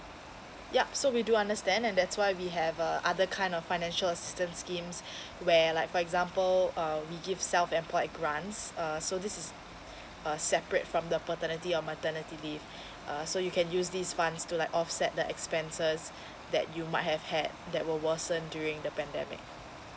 yup so we do understand and that's why we have uh other kind of financial assistance schemes where like for example uh we give self employed grants err so this is a separate from the paternity or maternity leave uh so you can use these funds to like offset the expenses that you might have had that will worsen during the pandemic